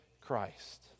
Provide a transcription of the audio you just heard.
Christ